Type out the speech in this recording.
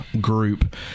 group